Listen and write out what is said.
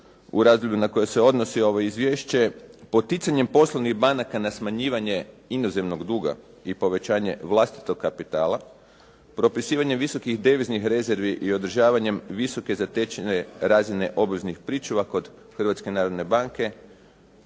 u razdoblju na koje se odnosi ovo izvješće, poticanjem poslovnih banaka na smanjivanje inozemnog duga i povećanje vlastitog kapitala, propisivanje visokih deviznih rezervi i održavanjem visoke zatečene razine obveznih pričuva kod Hrvatske narodne banke